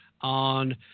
on